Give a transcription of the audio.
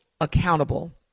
accountable